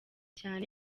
cyane